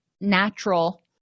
natural